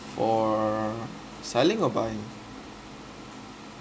for selling or buying